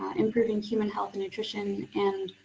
improving human health and nutrition, and